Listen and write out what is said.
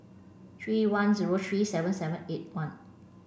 three one zero three seven seven eight one